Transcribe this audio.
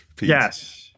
yes